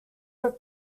were